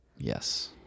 Yes